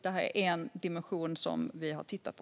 Det här är en dimension som vi har tittat på.